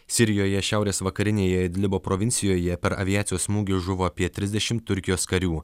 sirijoje šiaurės vakarinėje idlibo provincijoje per aviacijos smūgius žuvo apie trisdešimt turkijos karių